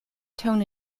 tone